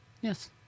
Yes